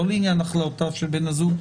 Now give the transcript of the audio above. לא לענייו החלטותיו של בן הזוג,